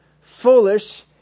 foolish